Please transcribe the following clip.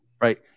right